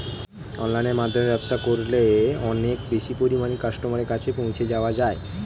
অনলাইনের মাধ্যমে ব্যবসা করলে অনেক বেশি পরিমাণে কাস্টমারের কাছে পৌঁছে যাওয়া যায়?